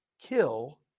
kill